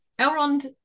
elrond